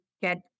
get